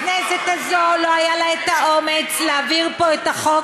הכנסת הזאת לא היה לה אומץ להעביר פה את החוק